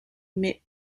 met